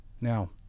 Now